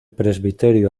presbiterio